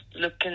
looking